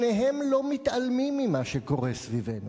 שניהם לא מתעלמים ממה שקורה סביבנו.